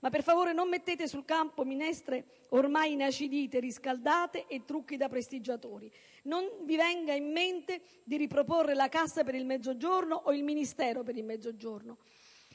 ma per favore non mettete sul campo minestre ormai inacidite, riscaldate e trucchi da prestigiatori: non vi venga in mente di riproporre la Cassa per il Mezzogiorno o il Ministero per il Mezzogiorno.